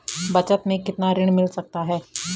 बचत मैं कितना ऋण मिल सकता है?